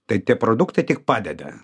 tai tie produktai tik padeda